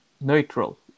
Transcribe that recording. neutral